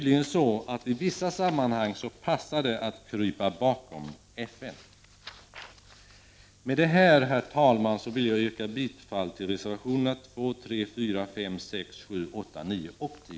I vissa sammanhang passar det tydligen att krypa bakom FN. Herr talman! Med detta vill jag yrka bifall till reservationerna 2, 3, 4, 5, 6, 7, 8, 9 och 10.